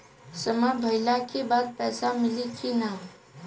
समय भइला के बाद पैसा मिली कि ना?